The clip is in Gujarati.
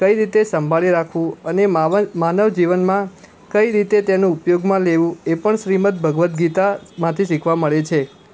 કઈ રીતે સંભાળી રાખવું અને માવ માનવ જીવનમાં કઈ રીતે તેને ઉપયોગમાં લેવું એ પણ શ્રીમદ્ ભગવદ્ ગીતામાંથી શીખવા મળે છે